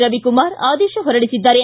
ರವಿಕುಮಾರ್ ಆದೇಶ ಹೊರಡಿಸಿದ್ದಾರೆ